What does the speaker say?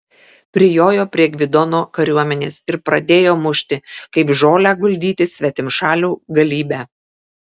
prijojo prie gvidono kariuomenės ir pradėjo mušti kaip žolę guldyti svetimšalių galybę